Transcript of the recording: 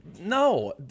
No